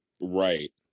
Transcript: Right